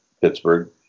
Pittsburgh